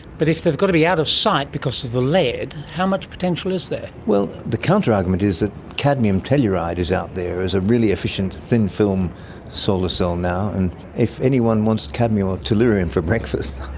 but if they've got to be out sight because of the lead, how much potential is there? well, the counter argument is that cadmium telluride is out there as a really efficient thin-film solar cell now, and if anyone wants cadmium or tellurium for breakfast,